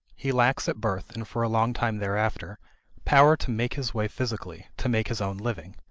he lacks at birth and for a long time thereafter power to make his way physically, to make his own living.